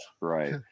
Right